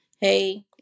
hey